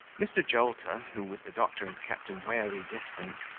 mr. jolter who, with the doctor, had kept a wary distance,